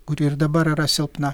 kuri ir dabar yra silpna